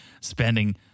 spending